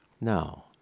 No